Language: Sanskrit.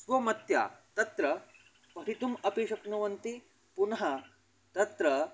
स्वमत्या तत्र पठितुम् अपि शक्नुवन्ति पुनः तत्र